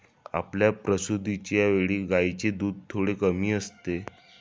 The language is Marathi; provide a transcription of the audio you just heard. पहिल्या प्रसूतिच्या वेळी गायींचे दूध थोडे कमी असते